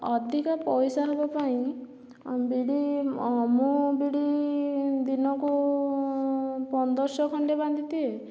ଅଧିକ ପଇସା ହେବାପାଇଁ ବିଡ଼ି ଅଁ ମୁଁ ବିଡ଼ି ଦିନକୁ ପନ୍ଦରଶହ ଖଣ୍ଡେ ବାନ୍ଧିଦିଏ